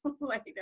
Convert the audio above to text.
later